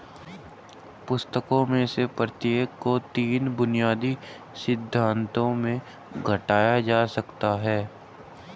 पुस्तकों में से प्रत्येक को तीन बुनियादी सिद्धांतों में घटाया जा सकता है